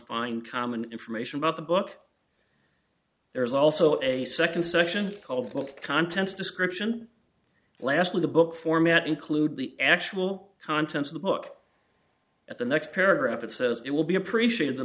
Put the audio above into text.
find common information about the book there is also a second section called book contents description lastly the book format include the actual contents of the book at the next paragraph it says it will be appreciated the